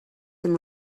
some